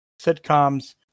sitcoms